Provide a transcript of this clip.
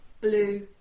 blue